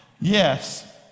Yes